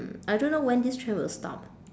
I don't know when this trend will stop